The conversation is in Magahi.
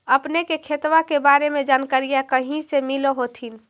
अपने के खेतबा के बारे मे जनकरीया कही से मिल होथिं न?